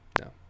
No